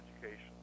education